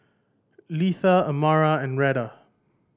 Litha Amara and Reta